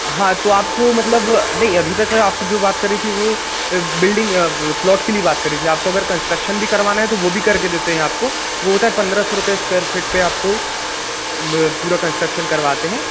हाँ तो आपको मतलब नहीं अभी तक आप जो बात कर रही थीँ वो बिल्डिंग प्लॉट के लिए बात कर रही थी आपको अगर कन्स्ट्रक्शन भी करवाना है तो वो भी कर के देते हैं आपको वो होता है पंद्रह सौ रुपये स्क्वैर फीट पर आपको पूरा कन्स्ट्रक्शन करवाते हैं